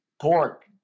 pork